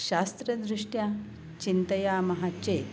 शास्त्रदृष्ट्या चिन्तयामः चेत्